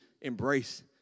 embrace